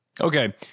Okay